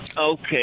Okay